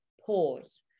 pause